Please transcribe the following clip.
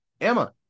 Emma